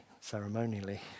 ceremonially